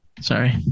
Sorry